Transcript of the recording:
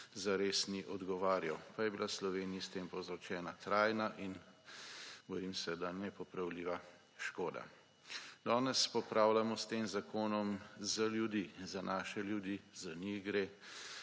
zares ni odgovarjal, pa je bila Sloveniji s tem povzročena trajna in bojim se, da nepopravljiva škoda. Danes popravljamo s tem zakonom za ljudi – za naše ljudi, za njih gre